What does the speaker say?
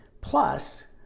Plus